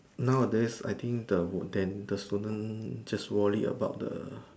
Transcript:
nowadays I think the then student just worry about the